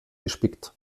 gespickt